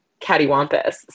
cattywampus